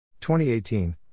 2018